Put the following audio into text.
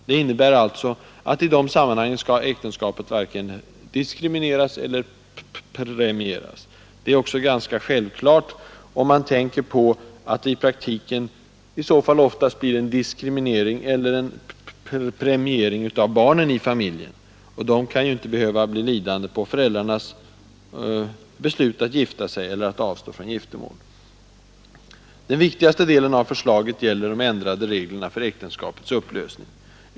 Det innebär alltså att i de sammanhangen skall äktenskapet varken diskrimineras eller premieras Det är också ganska självklart, om man tänker på att det i praktiken i så fall oftast blir diskriminering eller premiering av barnen i familjen. De bör ju inte bli lidande på föräldrarnas beslut att gifta sig eller att avstå från giftermål. Den viktigaste delen av förslaget gäller de ändrade reglerna för äktenskapets upplösning.